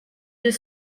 deux